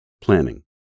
Planning